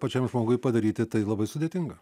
pačiam žmogui padaryti tai labai sudėtinga